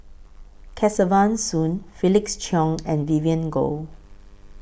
Kesavan Soon Felix Cheong and Vivien Goh